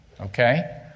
Okay